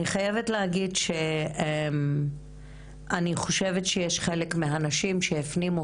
אני חייבת להגיד שאני חושבת שיש חלק מהנשים שהפנימו